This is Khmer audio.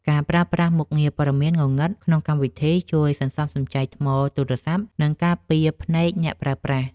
ការប្រើប្រាស់មុខងារពណ៌ងងឹតក្នុងកម្មវិធី ជួយសន្សំសំចៃថ្មទូរសព្ទ និងការពារភ្នែកអ្នកប្រើប្រាស់។